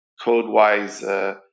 code-wise